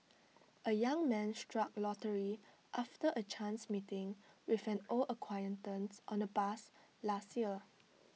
A young man struck lottery after A chance meeting with an old acquaintance on A bus last year